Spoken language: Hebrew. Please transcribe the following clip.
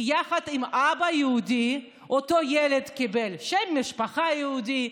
כי יחד עם אבא יהודי אותו ילד קיבל שם משפחה יהודי,